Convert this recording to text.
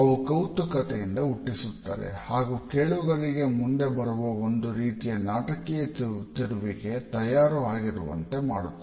ಅವು ಕೌತುಕತೆಯನ್ನು ಹುಟ್ಟಿಸುತ್ತದೆ ಹಾಗು ಕೇಳುಗರಿಗೆ ಮುಂದೆ ಬರುವ ಒಂದು ರೀತಿಯ ನಾಟಕೀಯ ತಿರುವಿಗೆ ತಯ್ಯಾರು ಆಗಿರುವಂತೆ ಮಾಡುತ್ತದೆ